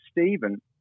Stephen